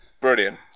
Brilliant